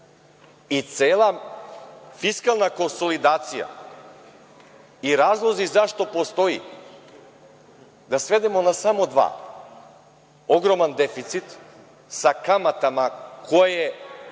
fiskalna konsolidacija i razlozi zašto postoji da svedemo na samo dva. Ogroman deficit sa kamatama koje